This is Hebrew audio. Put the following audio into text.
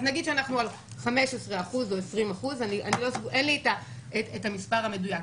אז נגיד שאנחנו על 15% או 20 אין לי את המספר המדויק.